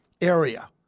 area